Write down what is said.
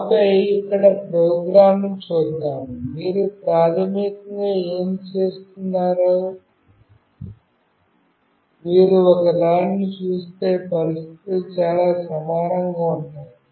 ఆపై ఇక్కడ ప్రోగ్రామ్ను చూద్దాం మీరు ప్రాథమికంగా ఏమి చేస్తున్నారో మీరు ఒకదాన్ని చూస్తే పరిస్థితులు చాలా సమానంగా ఉంటాయి